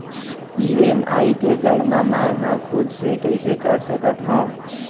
EMI के गड़ना मैं हा खुद से कइसे कर सकत हव?